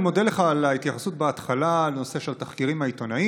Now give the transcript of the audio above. אני מודה לך על ההתייחסות בהתחלה בנושא התחקירים העיתונאיים,